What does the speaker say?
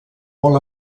molt